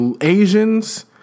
Asians